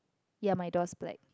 ya my door's black